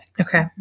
Okay